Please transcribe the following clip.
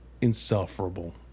insufferable